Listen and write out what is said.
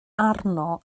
arno